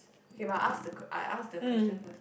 okay but I ask I ask the question first